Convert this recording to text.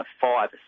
five